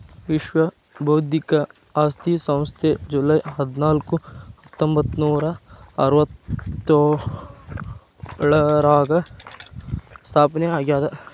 ವಿಶ್ವ ಬೌದ್ಧಿಕ ಆಸ್ತಿ ಸಂಸ್ಥೆ ಜೂಲೈ ಹದ್ನಾಕು ಹತ್ತೊಂಬತ್ತನೂರಾ ಅರವತ್ತ್ಯೋಳರಾಗ ಸ್ಥಾಪನೆ ಆಗ್ಯಾದ